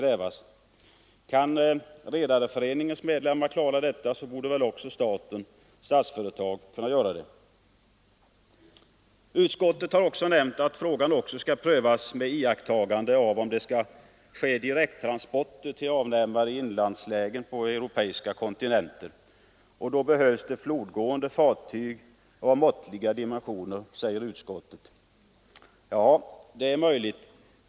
Kan Redareföreningens medlemmar klara det, borde väl också staten — Statsföretag — kunna göra det. Utskottet har även nämnt att frågan skall prövas med iakttagande av om det skall ske direkttransporter till avnämare i inlandslägen på den europeiska kontinenten. Och då behövs det flodgående fartyg av måttliga dimensioner, säger utskottet. Ja, det är möjligt.